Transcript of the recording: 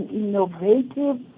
innovative